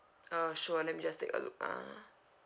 uh sure let me just take a look ah